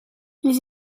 les